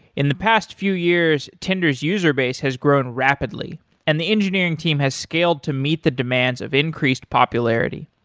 in the past few years tinder s user base has grown rapidly and the engineering team has scaled to meet the demands of increased popularity.